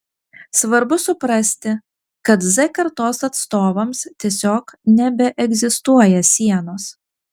svarbu suprasti kad z kartos atstovams tiesiog nebeegzistuoja sienos